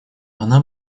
она